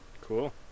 Cool